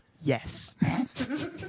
Yes